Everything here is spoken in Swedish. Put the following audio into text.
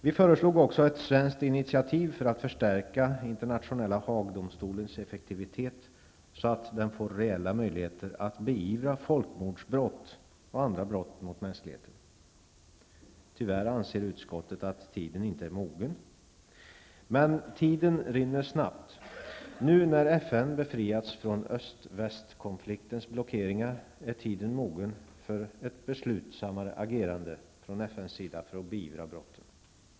Vi föreslog också ett svenskt initiativ för att förstärka effektiviteten vid Internationella domstolen i Haag så att den får reella möjligheter att beivra folkmordsbrott och andra brott mot mänskligheten. Tyvärr anser utskottet att tiden inte är mogen. Men tiden rinner snabbt. Nu när FN befriats från öst--väst-konfliktens blockeringar är tiden mogen för ett beslutsammare agerande från FNs sida för att beivra brotten.